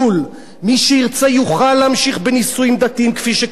מי שירצה יוכל להמשיך בנישואים דתיים כפי שקיים היום.